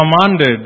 commanded